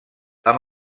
amb